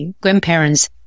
grandparents